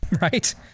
right